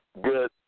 good